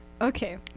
Okay